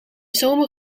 zomer